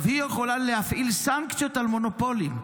היא יכולה להפעיל סנקציות על מונופולים.